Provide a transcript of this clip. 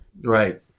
Right